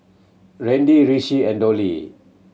Randy Rishi and Dolly